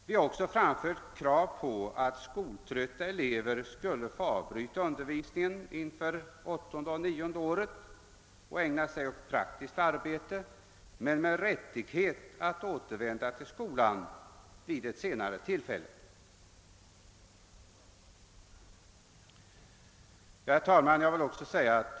Vi har också framfört krav på att skoltrötta elever skall få avbryta undervisningen inför åttonde och nionde åren och ägna sig åt praktiskt arbete, med rättighet att återvända till skolan och undervisningen vid ett senare tillfälle. Herr talman!